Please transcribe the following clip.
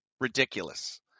ridiculous